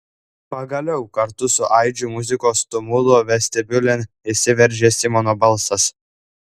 pagaliau kartu su aidžiu muzikos tumulu vestibiulin įsiveržė simono balsas